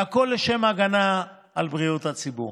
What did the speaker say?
והכול לשם הגנה על בריאות הציבור.